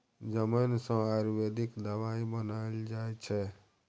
जमैन सँ आयुर्वेदिक दबाई बनाएल जाइ छै